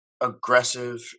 aggressive